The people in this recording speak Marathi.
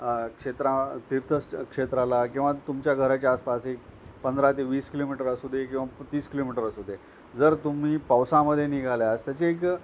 क्षेत्रा तीर्थस् क्षेत्राला किंवा तुमच्या घराच्या आसपास एक पंधरा ते वीस किलोमीटर असू दे किंवा तीस किलोमीटर असू दे जर तुम्ही पावसामध्ये निघाल्या अस त्याचे एक